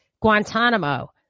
Guantanamo